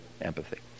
empathy